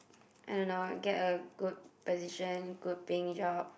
I don't know get a good position good paying job